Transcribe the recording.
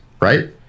right